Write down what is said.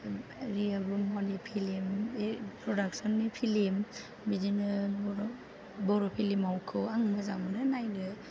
रिया ब्रह्मनि फिलिम प्रदाकसननि फिलिम बिदिनो बर' बर' फिलिमखौ आं मोजां मोनो नायनो